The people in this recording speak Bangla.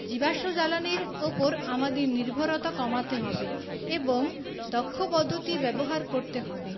জীবাশ্ম জ্বালানির উপর আমাদের নির্ভরতা কমাতে হবে এবং দক্ষ পদ্ধতি ব্যবহার করতে হবে